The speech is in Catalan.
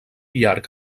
llarg